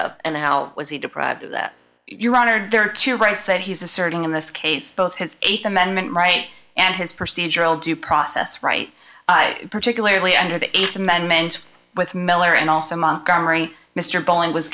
of and how was he deprived your honor there are two rights that he's asserting in this case both his eighth amendment right and his procedural due process right particularly under the eighth amendment with miller and also montgomery mr bolling was